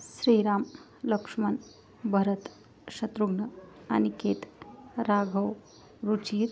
Shriram Laxman Bharat Shatrughan Aniket Raghav Ruchir